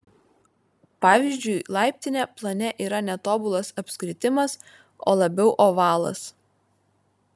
pavyzdžiui laiptinė plane yra ne tobulas apskritimas o labiau ovalas